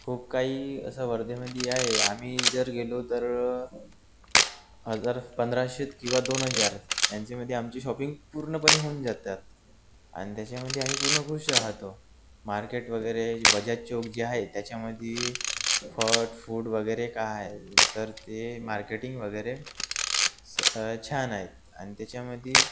खूप काही असं वर्धेमध्ये आहे आम्ही जर गेलो तर हजार पंधराशेत किंवा दोन हजार यांच्यामध्ये आमची शॉपिंग पूर्णपणे होऊन जातात आणि त्याच्यामध्ये आम्ही पूर्ण खूश राहतो मार्केट वगैरे बजाज चौक जे आहेत त्याच्यामध्ये फळ फूड गैरे का आहे तर ते मार्केटिंग वगैरे स छान आहेत आणि त्याच्यामध्ये